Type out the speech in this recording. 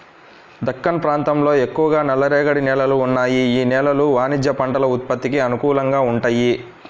దక్కన్ ప్రాంతంలో ఎక్కువగా నల్లరేగడి నేలలు ఉన్నాయి, యీ నేలలు వాణిజ్య పంటల ఉత్పత్తికి అనుకూలంగా వుంటయ్యి